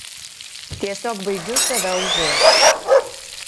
tiesiog baigiu save užėst